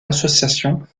association